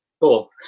cool